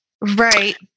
Right